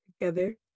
together